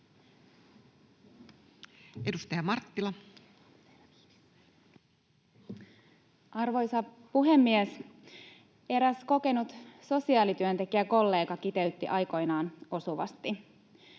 17:55 Content: Arvoisa puhemies! Eräs kokenut sosiaalityöntekijäkollega kiteytti aikoinaan osuvasti: